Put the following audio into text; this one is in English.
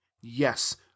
Yes